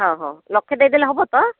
ହଁ ହଁ ଲକ୍ଷେ ଦେଇ ଦେଲେ ହବ ତ